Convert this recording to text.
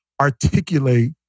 articulate